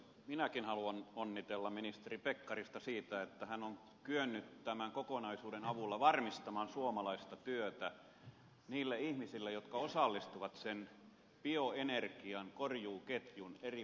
minäkin haluan onnitella ministeri pekkarista siitä että hän on kyennyt tämän kokonaisuuden avulla varmistamaan suomalaista työtä niille ihmisille jotka osallistuvat sen bioenergian korjuuketjun eri vaiheisiin